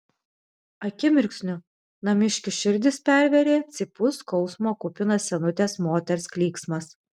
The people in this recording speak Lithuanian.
akimirksniu namiškių širdis pervėrė cypus skausmo kupinas senutės moters klyksmas